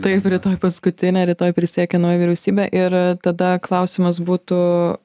taip rytoj paskutinė rytoj prisiekia nauja vyriausybė ir tada klausimas būtų